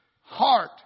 heart